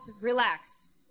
relax